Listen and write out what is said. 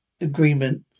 Agreement